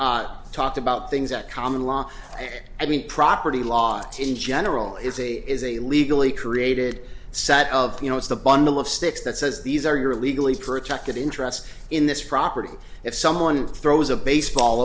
t talked about things that common law like i mean property laws in general is a is a legally created set of you know it's the bundle of sticks that says these are your legally protected interest in this property if someone throws a baseball